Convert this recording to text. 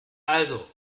also